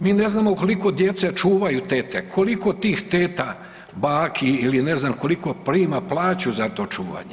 Mi ne znamo koliko djece čuvaju tete, koliko tih teta, baki ili ne znam koliko prima plaću za to čuvanje.